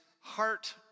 heart